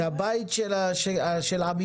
את הבית של עמידר.